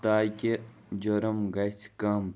تاکہِ جُرُم گژھِ کَم